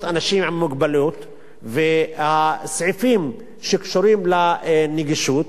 אנשים עם מוגבלות והסעיפים שקשורים לנגישות.